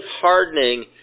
hardening